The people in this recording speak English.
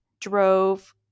drove